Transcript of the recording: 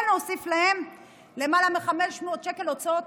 ולהוסיף על זה למעלה מ-500 שקל הוצאות.